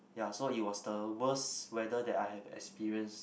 ya so it was the worst weather that I have experience